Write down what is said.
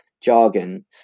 jargon